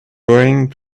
going